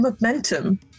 momentum